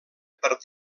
per